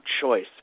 choice